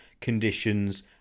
conditions